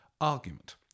argument